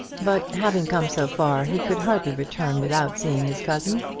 but having come so far, he could hardly return without seeing his cousin,